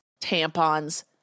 tampons